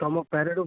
ତମ